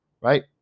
right